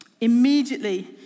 Immediately